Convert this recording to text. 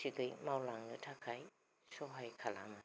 थिखै मावलांनो थाखाय सहाय खालामो